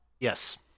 Yes